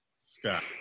Scott